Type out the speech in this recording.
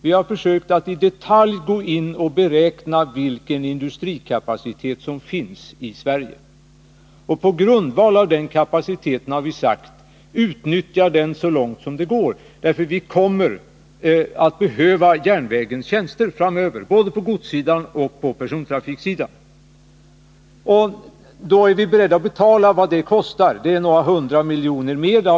Vi har försökt i detalj beräkna vilken industrikapacitet som finns i Sverige. Så har vi sagt: Utnyttja den kapaciteten så långt det går! Vi kommer att i ökad utsträckning behöva järnvägens tjänster framöver både för godsoch persontrafik. Vi är beredda att betala vad det kostar, alltså några hundra miljoner mer.